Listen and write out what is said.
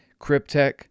Cryptech